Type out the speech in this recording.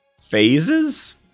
phases